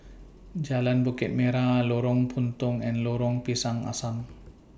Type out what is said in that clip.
Jalan Bukit Merah Lorong Puntong and Lorong Pisang Asam